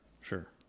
sure